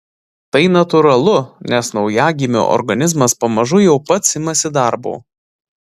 tai natūralu nes naujagimio organizmas pamažu jau pats imasi darbo